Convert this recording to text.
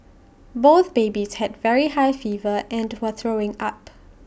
both babies had very high fever and were throwing up